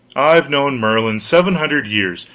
i've known merlin seven hundred years,